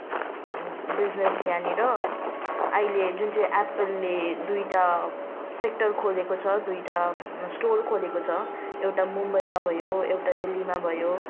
business यहाँनिर अहिले जुन चाहिँ एप्पलले दुईवटा सेक्टर खोलेको छ दुईवटा स्टोर खोलेको छ एउटा मुम्बाईमा भयो एउटा दिल्लीमा भयो